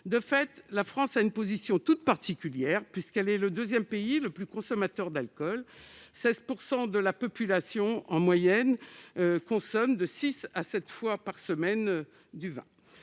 De fait, la France a une position toute particulière, puisqu'elle est le deuxième pays le plus consommateur d'alcool, avec 16 % de la population, en moyenne, consommant du vin de six à sept fois par semaine.